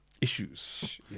issues